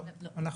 לא,